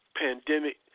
pandemic